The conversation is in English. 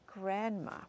grandma